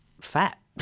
fat